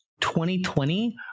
2020